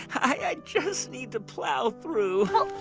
i just need to plow through well,